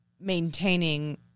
maintaining